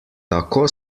tako